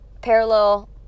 parallel